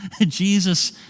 Jesus